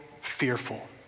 fearful